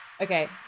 Okay